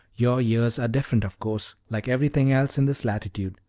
your years are different, of course, like everything else in this latitude.